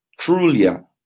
Trulia